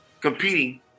competing